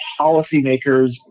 policymakers